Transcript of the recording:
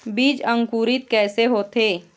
बीज अंकुरित कैसे होथे?